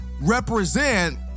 represent